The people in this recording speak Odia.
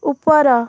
ଉପର